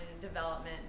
development